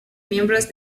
miembros